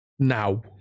Now